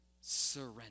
surrender